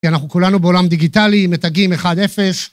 כי אנחנו כולנו בעולם דיגיטלי, מתגים 1-0.